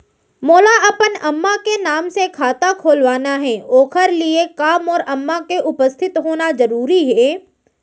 मोला अपन अम्मा के नाम से खाता खोलवाना हे ओखर लिए का मोर अम्मा के उपस्थित होना जरूरी हे?